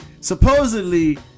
Supposedly